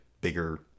bigger